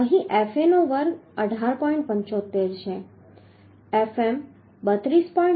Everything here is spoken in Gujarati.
75 છે Fm 32